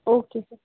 okay sir